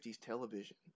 television